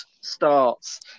starts